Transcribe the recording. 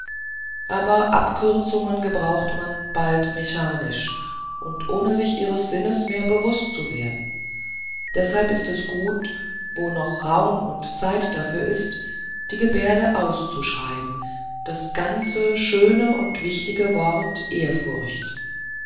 aber abkürzungen gebraucht man bald mechanisch und ohne sich ihres sinnes mehr bewußt zu werden deshalb ist es gut wo noch raum und zeit dafür ist die gebärde auszuschreiben das ganze schöne und wichtige wort ehrfurcht